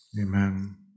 Amen